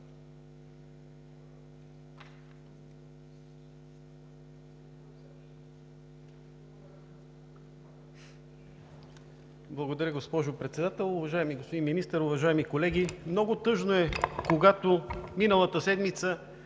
Благодаря, госпожо Председател. Уважаеми господин Министър, уважаеми колеги! Много тъжно е, когато миналата седмица